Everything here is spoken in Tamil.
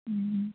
ம்